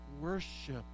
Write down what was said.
worship